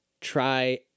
try